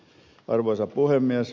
arvoisa puhemies